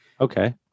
Okay